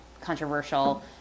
controversial